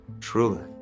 truly